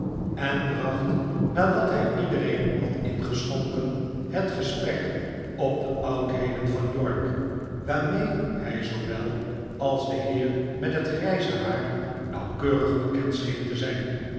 en bracht nadat hij iedereen had ingeschonken het gesprek op de oudheden van york waarmee hij zoowel als de heer met het grijze haar nauwkeurig bekend scheen te zijn